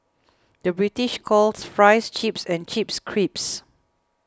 the British calls Fries Chips and Chips Crisps